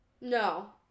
No